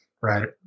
right